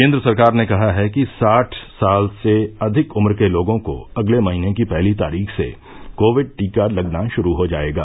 केन्द्र सरकार ने कहा है कि साठ साल से अधिक उम्र के लोगों को अगले महीने की पहली तारीख से कोविड टीका लगना शुरू हो जायेगा